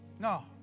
No